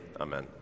Amen